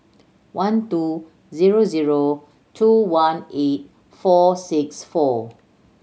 one two zero zero two one eight four six four